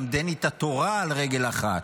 למדני את התורה על רגל אחת.